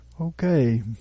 Okay